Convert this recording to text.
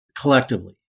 collectively